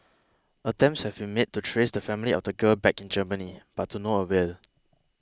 attempts have been made to trace the family of the girl back in Germany but to no avail